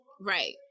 Right